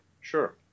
sure